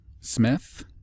Smith